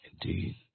Indeed